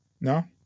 No